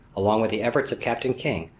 along with the efforts of captain king,